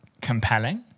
compelling